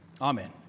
Amen